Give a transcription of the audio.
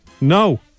No